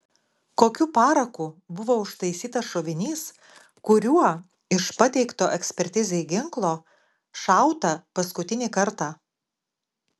kokiu paraku buvo užtaisytas šovinys kuriuo iš pateikto ekspertizei ginklo šauta paskutinį kartą